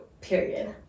Period